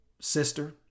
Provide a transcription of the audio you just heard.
sister